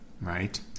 right